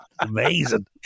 Amazing